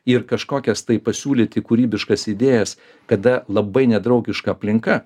ir kažkokias tai pasiūlyti kūrybiškas idėjas kada labai nedraugiška aplinka